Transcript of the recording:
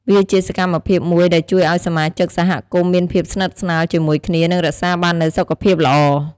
វាជាសកម្មភាពមួយដែលជួយឲ្យសមាជិកសហគមន៍មានភាពស្និទ្ធស្នាលជាមួយគ្នា និងរក្សាបាននូវសុខភាពល្អ។